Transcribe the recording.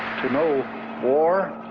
to know war